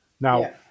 Now